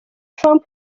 trump